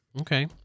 Okay